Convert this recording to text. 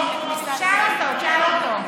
תשאל אותו, תשאל אותו.